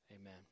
Amen